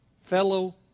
Fellow